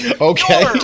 Okay